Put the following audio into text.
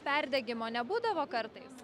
perdegimo nebūdavo kartais